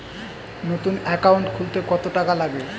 নতুন একাউন্ট খুলতে কত টাকা লাগে?